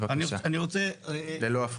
בבקשה, ללא הפרעות.